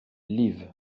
liv